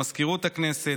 למזכירות הכנסת,